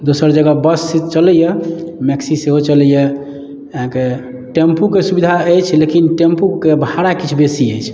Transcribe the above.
दोसर जगह बस चलैये मैक्सी सेहो चलैये अहाँके टेम्पू के सुविधा अछि लेकिन टेम्पू के भाड़ा किछु बेसी अछि